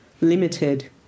limited